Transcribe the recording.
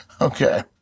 Okay